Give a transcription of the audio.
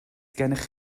gennych